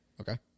Okay